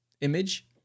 image